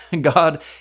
God